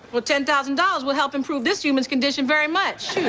well, ten thousand dollars will help improve this human's condition very much.